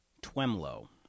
Twemlow